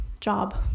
job